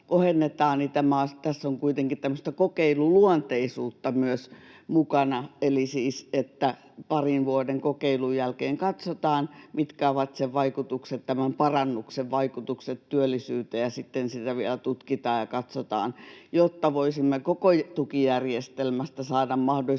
kohennetaan, niin tässä on kuitenkin tämmöistä kokeiluluonteisuutta myös mukana, eli että siis parin vuoden kokeilun jälkeen katsotaan, mitkä ovat sen vaikutukset, tämän parannuksen vaikutukset työllisyyteen, ja sitten sitä vielä tutkitaan ja katsotaan, jotta voisimme koko tukijärjestelmästä saada mahdollisimman